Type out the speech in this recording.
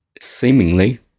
seemingly